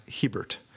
Hebert